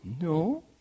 No